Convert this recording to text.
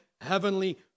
Heavenly